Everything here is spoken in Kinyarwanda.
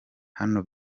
hano